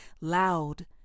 loud